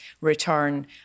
return